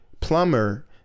plumber